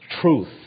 truth